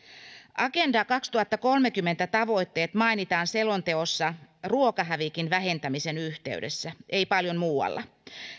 agenda kaksituhattakolmekymmentä tavoitteet mainitaan selonteossa ruokahävikin vähentämisen yhteydessä ei paljon muualla